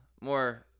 more